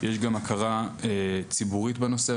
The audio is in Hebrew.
יש גם הכרה ציבורית בנושא.